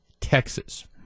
Texas